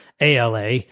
ALA